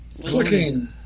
Clicking